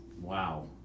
Wow